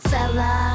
Fella